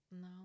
No